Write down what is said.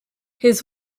his